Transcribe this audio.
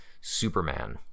Superman